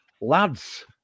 Lads